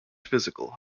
physical